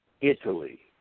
Italy